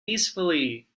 peacefully